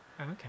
Okay